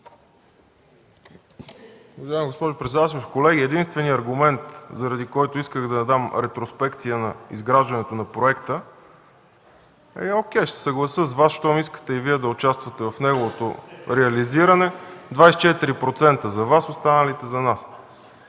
Уважаема госпожо председателстващ, колеги, единственият аргумент, заради който исках да дам ретроспекция на изграждането на проекта ... (Реплика от КБ.) Окей, ще се съглася с Вас, щом искате и Вие да участвате в неговото реализиране – 24% за Вас, останалите за нас.